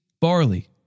barley